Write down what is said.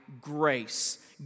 grace